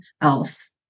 else